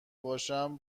باشم